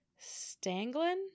Stanglin